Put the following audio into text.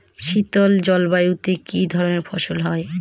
শীতল জলবায়ুতে কি ধরনের ফসল হয়?